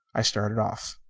i started off.